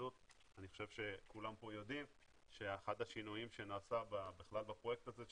אני חושב שכולם יודעים שאחד השינויים שנעשה בכלל בפרויקט הזה הוא